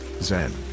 Zen